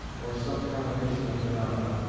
or some combination of phaenomena,